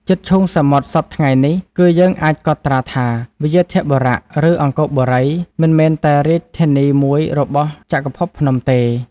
ជិតឈូងសមុទ្រសព្វថ្ងៃនេះ គឺយើងអាចកត់ត្រាថា វ្យាធបុរៈ ឬ អង្គរបូរីមិនមែនតែ រាជធានីមួយរបស់ចក្រភពភ្នំទេ ។